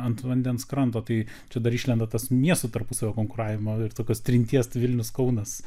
ant vandens kranto tai čia dar išlenda tas miestų tarpusavio konkuravimo ir tokios trinties vilnius kaunas